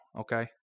okay